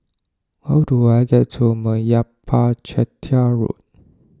how do I get to Meyappa Chettiar Road